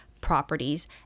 properties